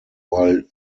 while